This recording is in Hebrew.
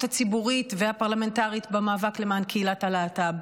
הציבורית והפרלמנטרית במאבק למען קהילת הלהט"ב,